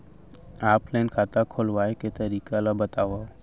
Offline खाता खोलवाय के तरीका ल बतावव?